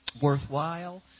worthwhile